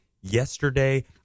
yesterday